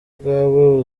ubwawe